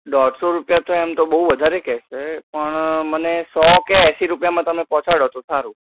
દોઢસો રૂપિયા તો એમ તો બહુ વધારે કહે છે પણ મને સો કે એંશી રૂપિયામાં પહોંચાડો તો સારું